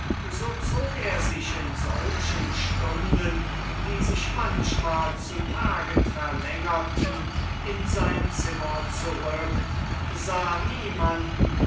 so zog er sich in solchen stunden die sich manchmal zu tagen verlängerten in sein zimmer zurück sah niemanden